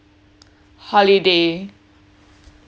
holiday